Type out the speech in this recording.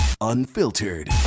unfiltered